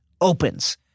opens